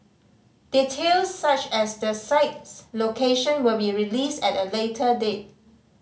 details such as the site's location will be released at a later date